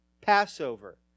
Passover